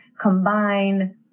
combine